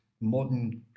modern